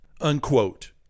unquote